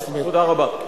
תודה רבה.